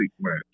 match